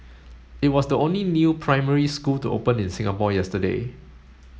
it was the only new primary school to open in Singapore yesterday